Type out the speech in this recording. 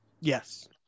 Yes